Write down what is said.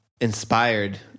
inspired